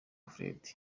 fred